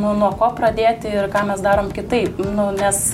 nu nuo ko pradėti ir ką mes darom kitaip nu nes